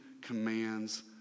commands